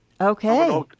Okay